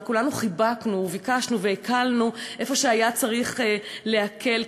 וכולנו חיבקנו וביקשנו והקלנו איפה שהיה צריך להקל,